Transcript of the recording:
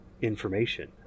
information